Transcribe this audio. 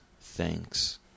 thanks